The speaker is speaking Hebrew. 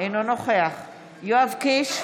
אינו נוכח יואב קיש,